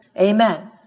Amen